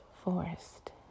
forest